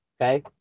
okay